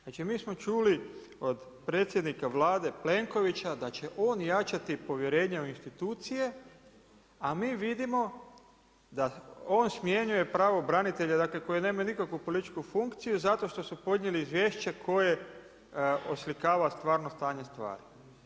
Znači mi smo čuli od predsjednika Vlade Plenkovića da će on jačati povjerenje u institucije a mi vidimo da on smjenjuje pravobranitelje dakle koji nemaju nikakvu političku funkciju zato što su podnijeli izvješće koje oslikava stvarno stanje stvari.